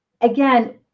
again